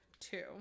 two